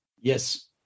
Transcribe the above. Yes